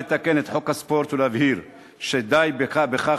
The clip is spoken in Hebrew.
מוצע לתקן את חוק הספורט ולהבהיר שדי בכך